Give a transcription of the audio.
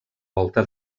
volta